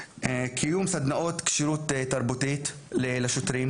קיום סדנאות כשירות תרבותית לשוטרים,